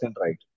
right